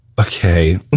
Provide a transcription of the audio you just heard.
okay